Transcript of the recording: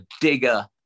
digger